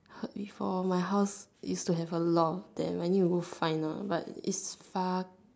heard before my house use to have a lot of there but then we need to go and find now but is far